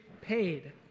paid